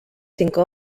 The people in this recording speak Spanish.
cinco